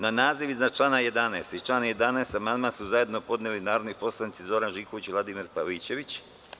Na naziv iznad član 11. i član 11. amandman su zajedno podneli narodni poslanici Zoran Živković i Vladimir Pavićević.